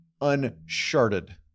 uncharted